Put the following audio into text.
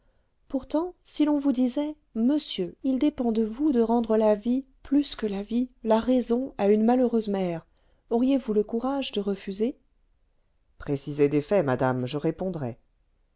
pourtant si l'on vous disait monsieur il dépend de vous de rendre la vie plus que la vie la raison à une malheureuse mère auriez-vous le courage de refuser précisez des faits madame je répondrai